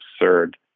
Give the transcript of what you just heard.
absurd